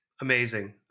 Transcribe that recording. Amazing